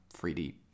3D